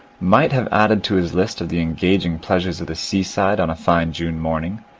might have added to his list of the engaging pleasures of the sea side on a fine june morning,